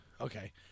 okay